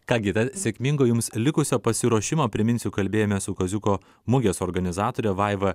ką gi tad sėkmingo jums likusio pasiruošimo priminsiu kalbėjome su kaziuko mugės organizatorė vaiva